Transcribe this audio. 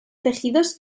tejidos